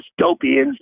Dystopians